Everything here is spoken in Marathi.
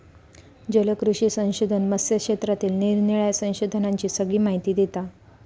जलकृषी संशोधन मत्स्य क्षेत्रातील निरानिराळ्या संशोधनांची सगळी माहिती देता